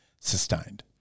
sustained